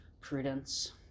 prudence